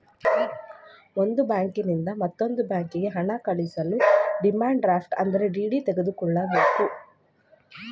ಒಂದು ಬ್ಯಾಂಕಿನಿಂದ ಮತ್ತೊಂದು ಬ್ಯಾಂಕಿಗೆ ಹಣ ಕಳಿಸಲು ಡಿಮ್ಯಾಂಡ್ ಡ್ರಾಫ್ಟ್ ಅಂದರೆ ಡಿ.ಡಿ ತೆಗೆದುಕೊಳ್ಳಬೇಕು